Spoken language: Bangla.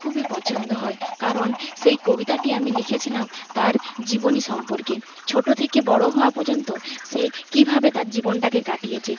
খুবই পছন্দ হয় কারণ সেই কবিতাটি আমি লিখেছিলাম তার জীবনী সম্পর্কে ছোট থিকে বড় হওয়া পযন্ত সে কিভাবে তার জীবনটাকে কাটিয়েছে